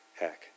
hack